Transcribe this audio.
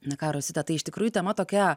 na ką rosita tai iš tikrųjų tema tokia